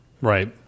Right